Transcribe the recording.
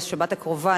בשבת הקרובה,